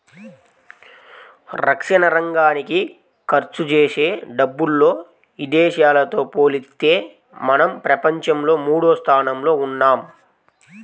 రక్షణరంగానికి ఖర్చుజేసే డబ్బుల్లో ఇదేశాలతో పోలిత్తే మనం ప్రపంచంలో మూడోస్థానంలో ఉన్నాం